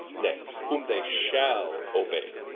nay, whom they shall obey,